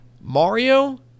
Mario